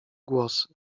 głosy